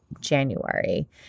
January